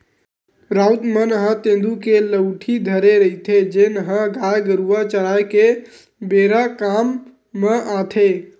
राउत मन ह तेंदू के लउठी धरे रहिथे, जेन ह गाय गरुवा चराए के बेरा काम म आथे